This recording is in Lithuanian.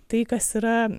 tai kas yra